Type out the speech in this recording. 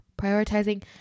Prioritizing